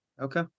Okay